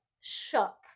shook